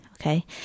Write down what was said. okay